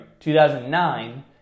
2009